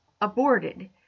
aborted